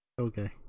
Okay